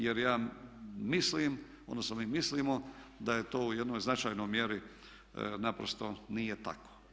Jer ja mislim, odnosno mi mislimo, da je to u jednoj značajnoj mjeri naprosto nije tako.